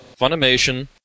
Funimation